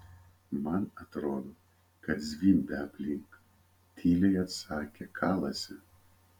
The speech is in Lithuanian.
man atrodo kad zvimbia aplink tyliai atsakė kalasi